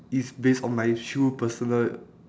is base on my true personal